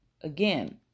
again